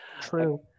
true